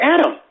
Adam